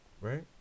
right